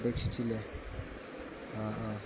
അപേക്ഷിച്ചില്ലേ ആ ആ